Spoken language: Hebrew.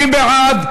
מי בעד?